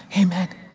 amen